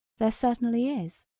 there certainly is.